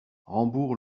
rambourg